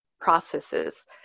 processes